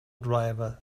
driver